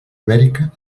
ibèrica